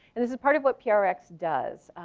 and this is part of what prx does.